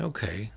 Okay